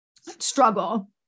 struggle